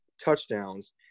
touchdowns